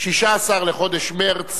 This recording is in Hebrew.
16 בחודש מרס